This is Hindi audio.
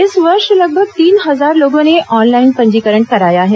इस वर्ष लगभग तीन हजार लोगों ने ऑनलाइन पंजीकरण कराया है